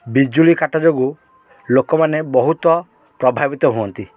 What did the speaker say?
ବିଜୁଳି କାଟ ଯୋଗୁଁ ଲୋକମାନେ ବହୁତ ପ୍ରଭାବିତ ହୁଅନ୍ତି